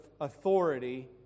authority